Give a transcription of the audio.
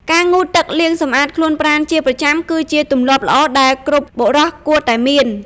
ការងូតទឹក លាងសម្អាតខ្លួនប្រាណជាប្រចាំ គឺជាទម្លាប់ល្អដែលគ្រប់បុរសគួរតែមាន។